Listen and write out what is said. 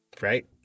Right